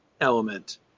element